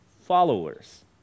followers